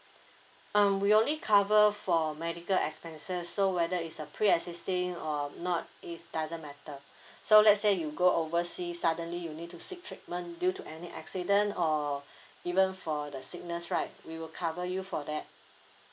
um we only cover for medical expenses so whether is a pre-existing or not is doesn't matter so let's say you go oversea suddenly you need to seek treatment due to any accident or even for the sickness right we will cover you for that